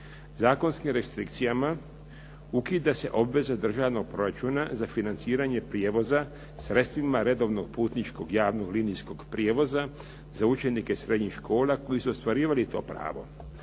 Zakonskim restrikcijama ukida se obveza državnog proračuna za financiranje prijevoza sredstvima redovnog putničkog javnog linijskog prijevoza za učenike srednjih škola koji su ostvarivali to pravo.